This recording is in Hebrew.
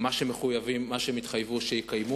מה שהם מחויבים, מה שהם התחייבו, שיקיימו,